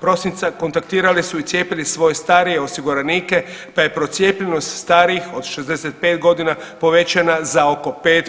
prosinca kontaktirali su i cijepili svoje starije osiguranike, pa je procijepljenost starijih od 65.g. povećana za oko 5%